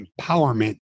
empowerment